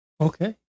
Okay